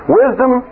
wisdom